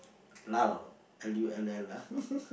lull L U L L ah